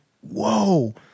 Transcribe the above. whoa